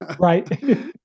right